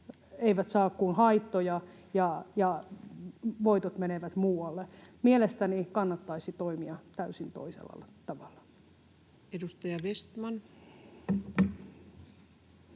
eivät saa kuin haittoja ja voitot menevät muualle? Mielestäni kannattaisi toimia täysin toisella tavalla. [Speech 252]